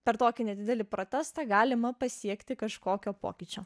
per tokį nedidelį protestą galima pasiekti kažkokio pokyčio